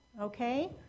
okay